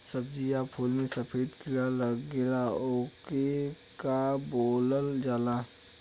सब्ज़ी या फुल में सफेद कीड़ा लगेला ओके का बोलल जाला?